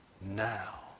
Now